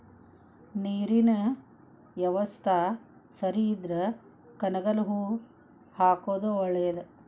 ನೇರಿನ ಯವಸ್ತಾ ಸರಿ ಇದ್ರ ಕನಗಲ ಹೂ ಹಾಕುದ ಒಳೇದ